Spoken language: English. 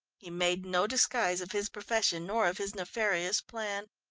he made no disguise of his profession, nor of his nefarious plan.